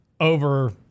over